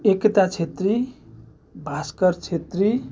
Ekta Chhetri Bhaskar Chhetri